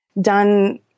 done